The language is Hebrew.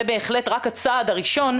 זה בהחלט רק הצעד הראשון,